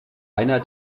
einer